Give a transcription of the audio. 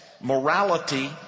morality